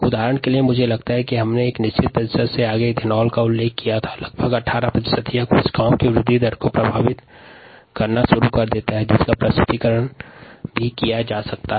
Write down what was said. उदाहरण के लिए यदि एथेनॉल 18 प्रतिशत से से अधिक हो तब कोशिका की वृद्धि दर को प्रभावित करना शुरू कर देता है जिसका गणितीय प्रस्तुतीकरण भी संभव है